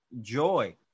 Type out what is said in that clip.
joy